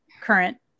current